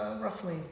roughly